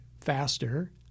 faster